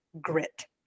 grit